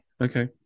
Okay